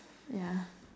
yeah